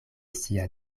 sia